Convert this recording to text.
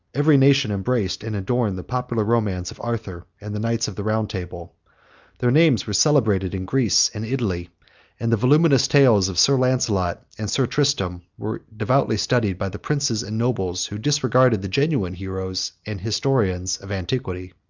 every nation embraced and adorned the popular romance of arthur, and the knights of the round table their names were celebrated in greece and italy and the voluminous tales of sir lancelot and sir tristram were devoutly studied by the princes and nobles, who disregarded the genuine heroes and historians of antiquity.